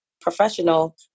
professional